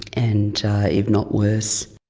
and if not worse.